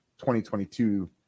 2022